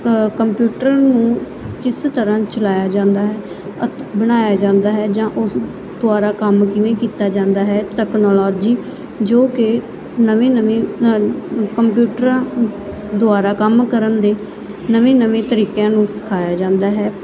computer ਨੂੰ ਕਿਸ ਤਰ੍ਹਾਂ ਚਲਾਇਆ ਜਾਂਦਾ ਹੈ ਅਤੇ ਬਣਾਇਆ ਜਾਂਦਾ ਹੈ ਜਾਂ ਉਸ ਦੁਆਰਾ ਕੰਮ ਕਿਵੇਂ ਕੀਤਾ ਜਾਂਦਾ ਹੈ ਤਕਨਾਲੋਜੀ ਜੋ ਕਿ ਨਵੇਂ ਨਵੇਂ ਕੰਪਿਊਟਰਾਂ ਦੁਆਰਾ ਕੰਮ ਕਰਨ ਦੇ ਨਵੇਂ ਨਵੇਂ ਤਰੀਕਿਆਂ ਨੂੰ ਸਿਖਾਇਆ ਜਾਂਦਾ ਹੈ